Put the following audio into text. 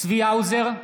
צבי האוזר,